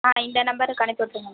ஆ இந்த நம்பருக்கு அனுப்பிவிட்டுருங்க